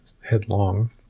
headlong